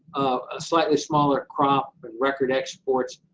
a slightly smaller crop in record exports.